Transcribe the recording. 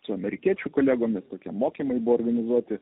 su amerikiečių kolegomis tokie mokymai buvo organizuoti